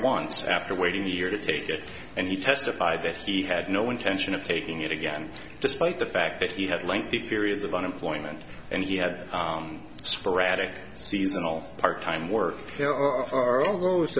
once after waiting a year to take it and he testified that he had no intention of taking it again despite the fact that he had lengthy periods of unemployment and he had sporadic seasonal part time work there are all g